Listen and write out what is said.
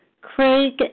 Craig